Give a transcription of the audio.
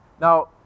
Now